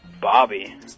Bobby